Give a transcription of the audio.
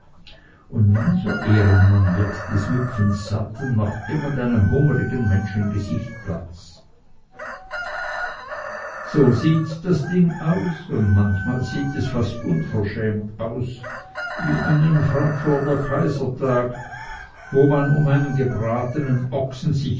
und mancher ehrenmann wird des müpfens satt und macht irgend einem hungrigen menschengesicht platz so sieht das ding aus und manchmal sieht es fast unverschämt aus wie an einem frankfurter kaisertag wo man um einen gebratenen ochsen